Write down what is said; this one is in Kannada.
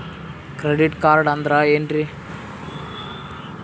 ಕ್ರೆಡಿಟ್ ಕಾರ್ಡ್ ಅಂದ್ರ ಏನ್ರೀ?